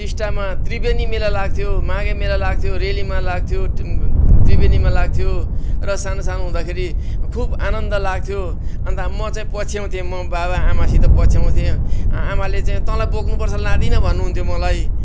टिस्टामा त्रिवेनी मेला लाग्थ्यो माघे मेला लाग्थ्यो रेलीमा लाग्थ्यो त्रिवेनीमा लाग्थ्यो र सानो सानो हुँदाखेरि खुब आनन्द लाग्थ्यो अन्त म चाहिँ पछ्याउँथे म बाबा आमासित पछ्याउँथे आमाले चाहिँ तँलाई बोक्नु पर्छ तँलाई लादिनँ भन्नुहुन्थ्यो मलाई